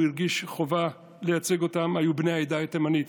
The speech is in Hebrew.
הרגיש חובה לייצג היה בני העדה התימנית.